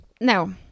now